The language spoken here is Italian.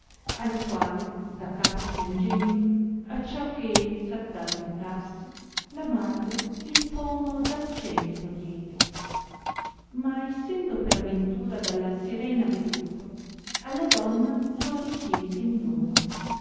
al quale da capo piangendo acciò che s attasentassi la madre il pomo d argento diede ma essendo per aventura dalla sirena veduto alla donna lo richiese in dono